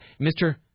Mr